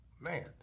man